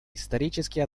исторические